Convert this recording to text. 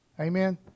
Amen